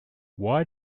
why